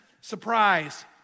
surprise